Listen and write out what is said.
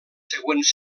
següents